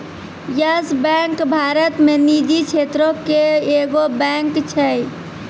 yes Bank भारत मे निजी क्षेत्रो के एगो बैंक छै